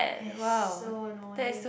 so annoying